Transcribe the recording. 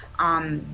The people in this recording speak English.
um,